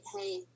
hey